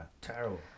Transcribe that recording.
terrible